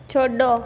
छोड़ो